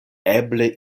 eble